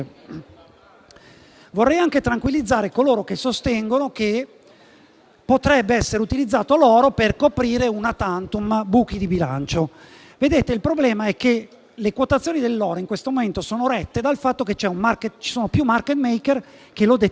Vorrei anche tranquillizzare coloro che sostengono che potrebbe essere utilizzato l'oro per coprire *una tantum* buchi di bilancio. Vedete, il problema è che le quotazioni dell'oro in questo momento sono rette dal fatto che ci sono più *market maker* che lo detengono;